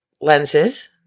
lenses